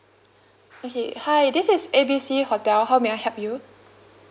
okay hi this is A B C hotel how may I help you